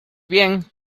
bien